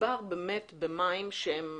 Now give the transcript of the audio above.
מדובר באמת במים שהם